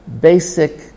basic